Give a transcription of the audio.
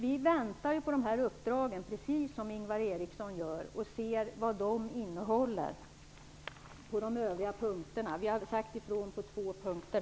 Vi väntar på de här uppdragen, precis som Ingvar Eriksson gör, för att se vad de innehåller på de övriga punkterna. Vi har sagt ifrån på två punkter.